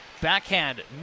backhand